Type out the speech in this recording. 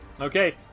Okay